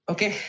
Okay